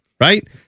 right